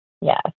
Yes